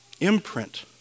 Imprint